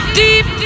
deep